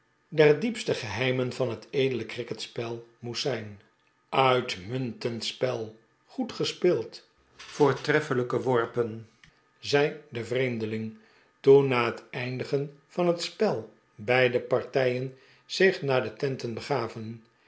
der diepste geheimen van het edele cricketspel moest zijn ultmuntend spel goed gespeeld voortreffelijke worpen zei de vreemdeling toen na het eindigen van het spel beide partij en zich naar de tenten begaven